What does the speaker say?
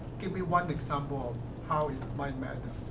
give me one example how it might matter.